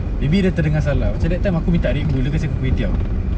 maybe dia terdengar salah macam that time aku minta Red Bull dia kasi aku kway teow